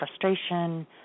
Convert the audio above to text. frustration